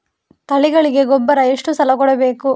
ತಳಿಗಳಿಗೆ ಗೊಬ್ಬರ ಎಷ್ಟು ಸಲ ಕೊಡಬೇಕು?